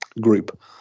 group